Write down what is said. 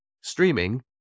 Streaming